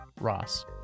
Ross